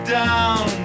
down